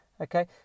Okay